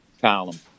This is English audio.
column